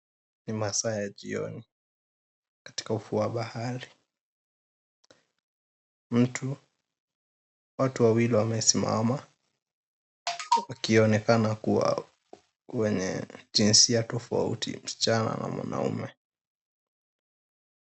Ni masaa ya jioni, katika ufuo wa bahari. Mtu, watu wawili wamesimama wakionekana kuwa wenye jinsia tofauti msichana na mwanamume.